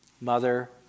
Mother